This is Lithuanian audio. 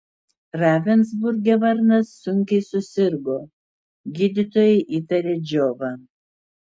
ravensburge varnas sunkiai susirgo gydytojai įtarė džiovą